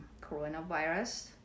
coronavirus